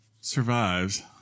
survives